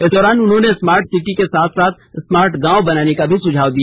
इस दौरान उन्होंने स्मार्ट सिटी के साथ साथ स्मार्ट गांव बनाने का भी सुझाव दिया